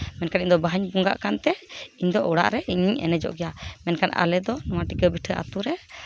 ᱢᱮᱱᱠᱷᱟᱱ ᱤᱧ ᱫᱚ ᱵᱟᱦᱟᱧ ᱵᱚᱸᱜᱟᱜ ᱠᱟᱱᱛᱮ ᱤᱧᱫᱚ ᱚᱲᱟᱜ ᱨᱮ ᱤᱧᱫᱩᱧ ᱮᱱᱮᱡᱚᱜ ᱜᱮᱭᱟ ᱢᱮᱱᱠᱷᱟᱱ ᱟᱞᱮ ᱫᱚ ᱱᱚᱣᱟ ᱴᱷᱤᱠᱟᱹᱵᱩᱴᱟᱹ ᱟᱹᱛᱩ ᱨᱮ